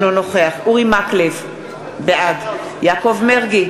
נוכחת שאול מופז, אינו נוכח משה מזרחי,